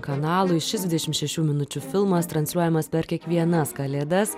kanalui šis dvidešim šešių minučių filmas transliuojamas per kiekvienas kalėdas